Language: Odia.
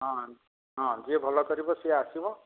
ହଁ ହଁ ଯିଏ ଭଲ କରିବ ସିଏ ଆସିବ